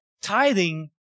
tithing